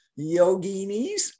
yoginis